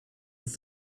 with